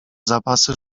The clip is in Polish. zapasy